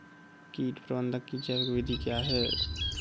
कीट प्रबंधक की जैविक विधि क्या है?